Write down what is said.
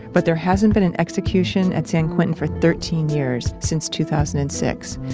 but there hasn't been an execution at san quentin for thirteen years since two thousand and six.